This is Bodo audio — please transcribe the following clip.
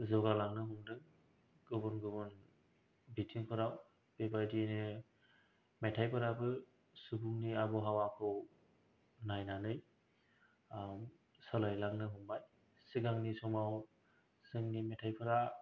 जौगालांनो हमदों गुबुन गुबुन बिथिंफोराव बिबादिनो मेथायफोराबो सुबुंनि आब'हावाखौ नायनानै सोलायलांनो हमबाय सिगांनि समाव जोंनि मेथाय फोरा